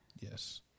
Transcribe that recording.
yes